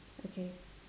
okay